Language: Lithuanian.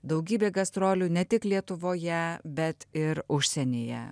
daugybė gastrolių ne tik lietuvoje bet ir užsienyje